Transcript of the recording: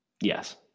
Yes